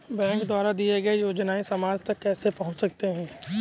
Bank द्वारा दिए गए योजनाएँ समाज तक कैसे पहुँच सकते हैं?